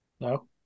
No